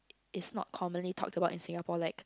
is not commonly talked about in Singapore like